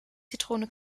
zitrone